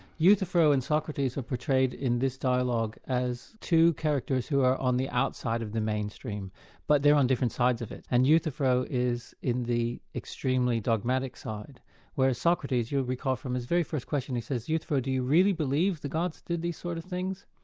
euthyphro and socrates are portrayed in this dialogue as two characters who are on the outside of the mainstream but they are on different sides of it, and euthyphro is in the extremely dogmatic side whereas socrates you will recall from his very first question he says euthyphro do you really believe the gods did these sorts sort of things?